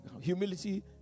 humility